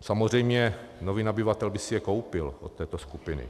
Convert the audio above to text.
Samozřejmě nový nabyvatel by si je koupil od této skupiny.